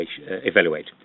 evaluate